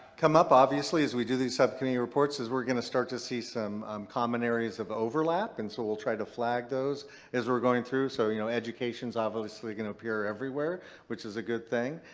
come up obviously as we do these subcommittee reports is we're going to start to see some common areas of overlap and so we'll try to flag those as we're going through. so you know education is obviously going to appear everywhere which is a good thing.